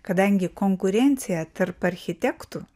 kadangi konkurencija tarp architektų